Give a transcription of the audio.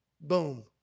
Boom